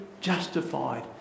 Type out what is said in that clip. justified